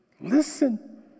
Listen